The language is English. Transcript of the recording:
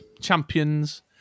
Champions